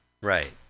Right